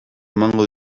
emango